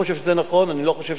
אני לא חושב שזה רצוי,